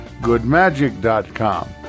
GoodMagic.com